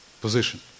position